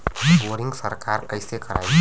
Boring सरकार कईसे करायी?